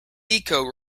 deco